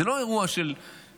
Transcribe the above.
זה לא אירוע פוליטי,